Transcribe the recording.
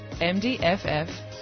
mdff